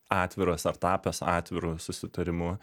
atviras ar tapęs atviru susitarimu